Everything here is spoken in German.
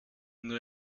nur